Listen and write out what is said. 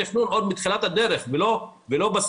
זה התגברות הבנייה תוך כדי